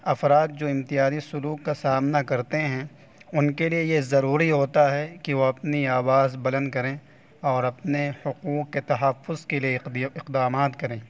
افراد جو امتیازی سلوک کا سامنا کرتے ہیں ان کے لیے یہ ضروری ہوتا ہے کہ وہ اپنی آواز بلند کریں اور اپنے حقوق کے تحفظ کے لیے اقدامات کریں